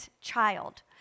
child